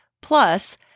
plus